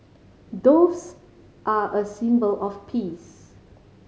doves are a symbol of peace